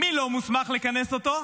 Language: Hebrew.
מי לא מוסמך לכנס אותו?